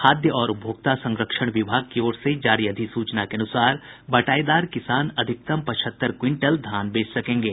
खाद्य और उपभोक्ता संरक्षण विभाग की ओर से जारी अधिसूचना के अनुसार बटाईदार किसान अधिकतम पचहत्तर क्विंटल धान बेच सकेंगे